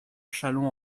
châlons